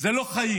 זה לא חיים,